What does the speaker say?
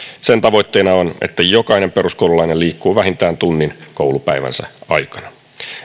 sen tavoitteena on että jokainen peruskoululainen liikkuu vähintään tunnin koulupäivänsä aikana